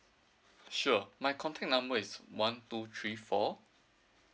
sure my contact number is one two three four